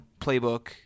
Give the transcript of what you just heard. playbook